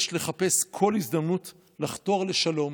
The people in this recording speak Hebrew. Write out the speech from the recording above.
יש לחפש כל הזדמנות לחתור לשלום.